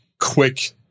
quick